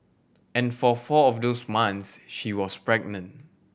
and for four of those months she was pregnant